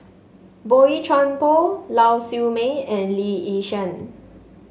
Boey Chuan Poh Lau Siew Mei and Lee Yi Shyan